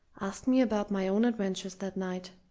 asked me about my own adventures that night.